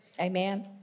Amen